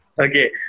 Okay